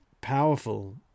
powerful